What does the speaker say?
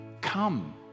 Come